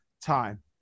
time